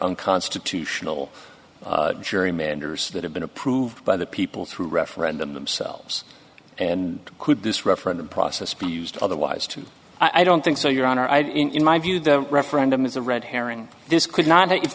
unconstitutional juri manders that have been approved by the people through referendum themselves and could this referendum process be used otherwise too i don't think so your honor i have in my view the referendum is a red herring this could not if